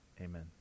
Amen